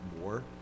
more